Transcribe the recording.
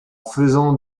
faisant